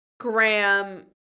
Graham